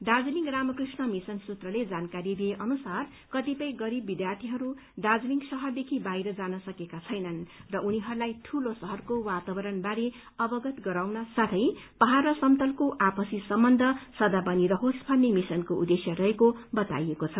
Darjeeling Ramakrishna mission सूत्रले जानकारी दिए अनुसार कृतिपय गरीब विद्यार्थीहरू दार्जीलिङ शहरदेखि बाहिर जान सकेका छैनन् र उनीहरूलाई ठूला शहरको वातावरण बारे अवगत गराउन साथै पहाड़ र समतलको आपसी सम्बन्ध सदा बनी रहोस भन्ने मिशनको उद्देश्य रहेको बताएको छ